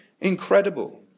incredible